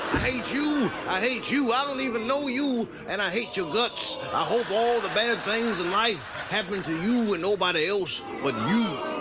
hate you, i hate you, i don't even know you, and i hate your guts. i hope all the bad things in life happen to you and nobody else but you.